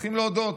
צריכים להודות: